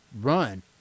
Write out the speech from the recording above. run